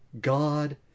god